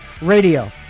radio